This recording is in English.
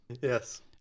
Yes